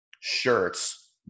shirts